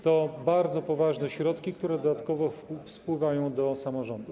To bardzo poważne środki, które dodatkowo spływają do samorządów.